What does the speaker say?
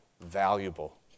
valuable